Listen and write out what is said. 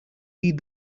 lead